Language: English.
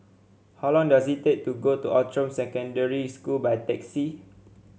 how long does it take to go to Outram Secondary School by taxi